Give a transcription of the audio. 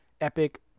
epic